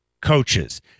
coaches